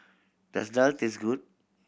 does Daal taste good